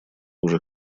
уже